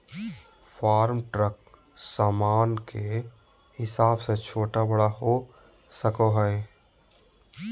farm truck सामान के हिसाब से छोटा बड़ा हो सको हय